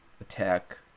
attack